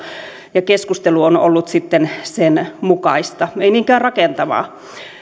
ja keskustelu on on ollut sitten sen mukaista ei niinkään rakentavaa